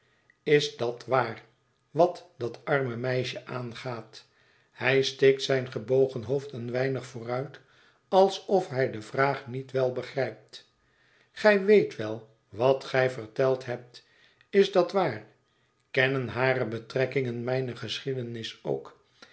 is dat waar wat dat arme meisje aangaat hij steekt zijn gebogen hoofd een weinig vooruit alsof hij de vraag niet wel begrijpt gij weet wel wat gij verteld hebt is dat waar kennen hare betrekkingen mijne geschiedenis ook